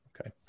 Okay